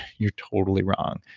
you're totally wrong.